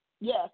Yes